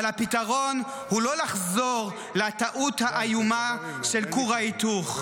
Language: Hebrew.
אבל הפתרון הוא לא לחזור לטעות האיומה של כור ההיתוך,